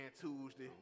Tuesday